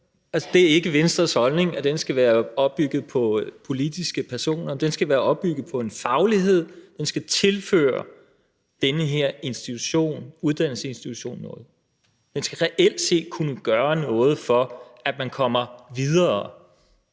det er ikke Venstres holdning, at den skal være bygget op af politiske personer. Den skal være bygget op på en faglighed. Den skal tilføre den her uddannelsesinstitution noget. Den skal reelt set kunne gøre noget for, at man kommer videre,